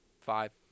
Five